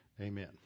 Amen